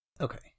Okay